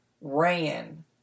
ran